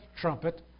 trumpet